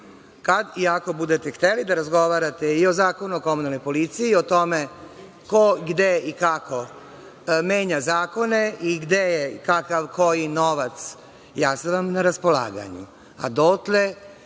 i ako budete hteli da razgovarate i o Zakonu o komunalnoj policiji i o tome ko, gde i kako menja zakone i gde je kakav i koji novac, ja sam vam na raspolaganju,